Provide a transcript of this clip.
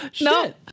No